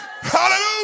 Hallelujah